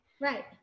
Right